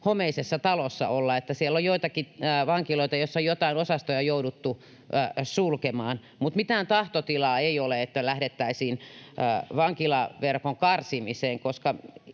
homeisessa talossa olla. Siellä on joitakin vankiloita, joissa on joitain osastoja jouduttu sulkemaan. Mutta mitään tahtotilaa ei ole, että lähdettäisiin vankilaverkon karsimiseen, koska